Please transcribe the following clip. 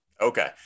Okay